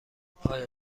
آیا